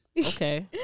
Okay